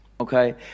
Okay